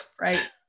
Right